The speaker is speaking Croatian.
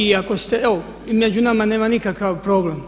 I ako ste, evo među nama nema nikakav problem.